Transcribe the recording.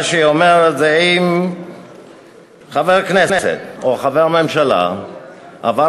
מה שהיא אומרת זה שאם חבר כנסת או חבר ממשלה עבר